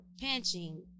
pinching